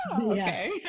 okay